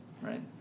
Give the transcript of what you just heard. right